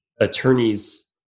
attorneys